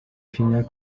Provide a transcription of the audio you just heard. finale